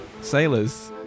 sailors